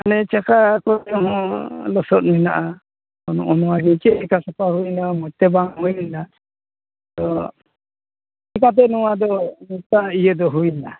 ᱚᱱᱮ ᱪᱟᱠᱟ ᱠᱚᱨᱮ ᱦᱚᱸ ᱞᱚᱥᱚᱫ ᱢᱮᱱᱟᱜᱼᱟ ᱱᱚᱜᱼᱚ ᱱᱚᱣᱟ ᱜᱮ ᱪᱮᱫ ᱞᱮᱠᱟ ᱥᱟᱯᱷᱟ ᱦᱩᱭᱮᱱᱟ ᱢᱚᱡᱽ ᱛᱮ ᱵᱟᱝ ᱦᱩᱭᱞᱮᱱᱟ ᱛᱚ ᱪᱮᱠᱟᱹ ᱛᱮ ᱱᱚᱣᱟ ᱫᱚ ᱱᱚᱝᱠᱟ ᱤᱭᱟᱹ ᱫᱚ ᱦᱩᱭᱮᱱᱟ